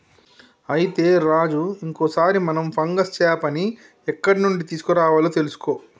అయితే రాజు ఇంకో సారి మనం ఫంగస్ చేపని ఎక్కడ నుండి తీసుకురావాలో తెలుసుకో